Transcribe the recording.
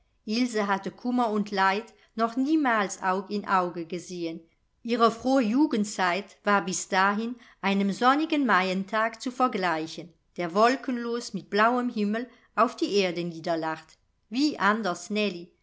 ilse hatte kummer und leid noch niemals aug in auge gesehen ihre frohe jugendzeit war bis dahin einem sonnigen maientag zu vergleichen der wolkenlos mit blauem himmel auf die erde niederlacht wie anders